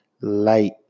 light